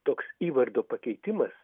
toks įvardo pakeitimas